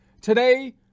Today